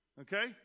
Okay